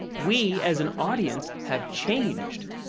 we as an audience have changed.